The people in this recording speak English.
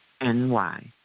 N-Y